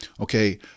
okay